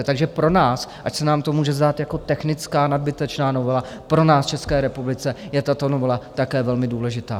Takže pro nás, ač se nám to může zdát jako technická nadbytečná novela, pro nás v České republice je tato novela také velmi důležitá.